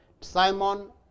Simon